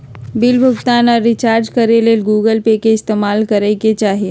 bill भुगतान आर recharge करे ले गूगल पे के इस्तेमाल करय के चाही